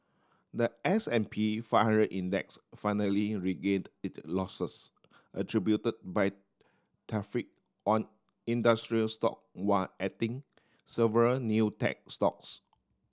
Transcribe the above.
the S and P five hundred Index finally regained it losses attribute by tariff on industrial stock one adding several new tech stocks